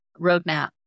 roadmap